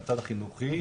הצד החינוכי,